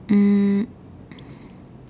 um